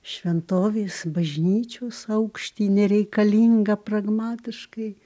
šventovės bažnyčios aukštį nereikalingą pragmatiškai